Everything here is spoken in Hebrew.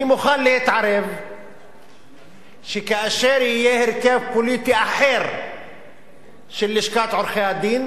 אני מוכן להתערב שכאשר יהיה הרכב פוליטי אחר של לשכת עורכי-הדין